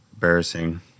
Embarrassing